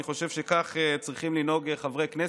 אני חושב שכך צריכים לנהוג חברי כנסת,